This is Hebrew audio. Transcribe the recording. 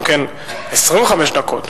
גם כן 25 דקות.